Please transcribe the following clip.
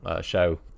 show